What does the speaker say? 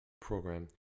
program